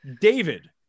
David